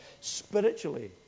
spiritually